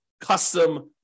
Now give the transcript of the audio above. custom